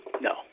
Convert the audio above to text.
No